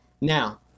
Now